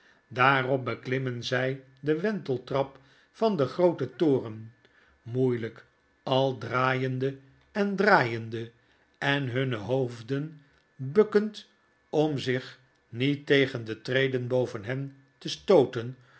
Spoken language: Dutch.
daarop beklimmen zy de wenteltrap van den grooten toren moeielyk al draaiende en plckens de klok van meester humphrey het gehbtm van edwin deood draaiende en hunne hoofden bukkend om zich niet tegen de treden boven hen te stooten